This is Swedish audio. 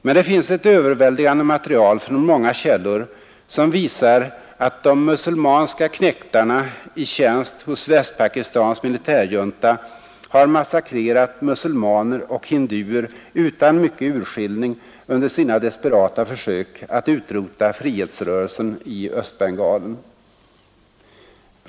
Men det finns ett överväldigande material från många källor, som visar att de muselmanska knektarna i tjänst hos Västpakistans militärjunta har massakrerat muselmaner och hinduer utan mycken urskillning under sina desperata försök att utrota frihetsrörelsen i Östbengalen.